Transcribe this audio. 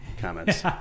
comments